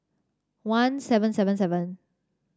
one seven seven seven